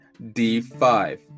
D5